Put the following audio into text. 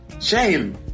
Shame